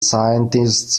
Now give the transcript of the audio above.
scientists